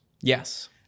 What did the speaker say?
Yes